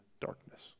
darkness